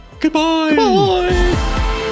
goodbye